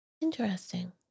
Interesting